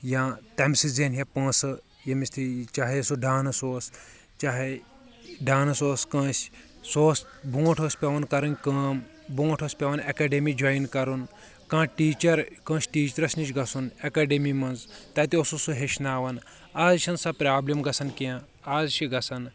یا تیٚمہِ سۭتۍ زینہا پۄنٛسہٕ ییٚمِس تھی چاہے سُہ ڈانس اوس چاہے ڈانس اوس کٲنٛسہِ سُہ اوس برونٛٹھ ٲس پٮ۪وان کرٕنۍ کٲم برونٹھ ٲسۍ پٮ۪وان ایٚکڈمی جوین کرُن کانٛہہ ٹیچر کٲنٛسہِ ٹیچرس نِش گژھُن ایٚکڈمی منٛز تتہِ اوسُس سُہ ہیٚچھناوان آز چھنہٕ سۄ پرابلِم گژھان کینٛہہ از چھِ گژھان